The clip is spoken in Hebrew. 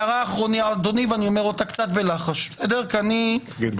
הערה אחרונה אדוני ואני אומר אותה קצת בלחש כי אני לא